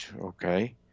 okay